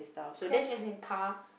crash as in car